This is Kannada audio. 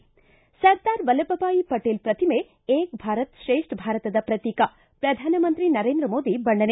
ಿ ಸರ್ದಾರ ವಲ್ಲಭಭಾಯ್ ಪಟೇಲ್ ಪ್ರತಿಮೆ ಏಕ ಭಾರತ್ ಶ್ರೇಷ್ಠ ಭಾರತದ ಪ್ರತೀಕ ಪ್ರಧಾನಮಂತ್ರಿ ನರೇಂದ್ರ ಮೋದಿ ಬಣ್ಣನೆ